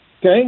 okay